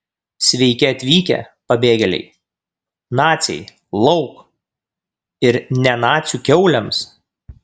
sveiki atvykę pabėgėliai naciai lauk ir ne nacių kiaulėms